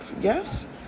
yes